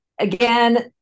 again